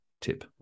tip